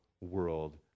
world